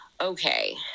Okay